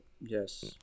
yes